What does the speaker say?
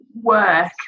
work